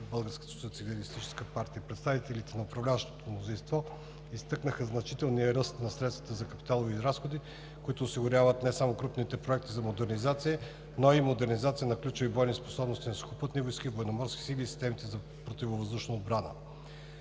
Българската социалистическа партия. Представителите на управляващото мнозинство изтъкнаха значителния ръст на средствата за капиталови разходи, които осигуряват не само крупните проекти за модернизация, но и модернизация на ключови бойни средства на Сухопътните войски, Военноморските сили и системите за противовъздушна отбрана.